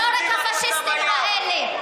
ולא רק הפאשיסטים האלה.